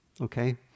okay